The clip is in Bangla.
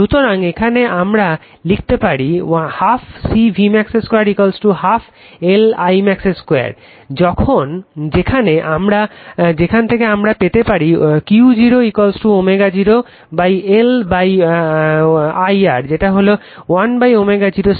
সুতরাং এখান থেকে আমরা লিখতে পারি 12 CV max 2 12 LI max 2 যেখান থেকে আমরা পেতে পারি Q0 ω0L IR যেটা হলো 1ω0 CR